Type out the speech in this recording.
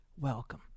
Welcome